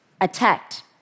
attacked